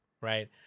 right